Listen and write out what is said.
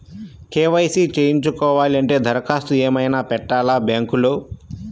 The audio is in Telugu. కే.వై.సి చేయించుకోవాలి అంటే దరఖాస్తు ఏమయినా పెట్టాలా బ్యాంకులో?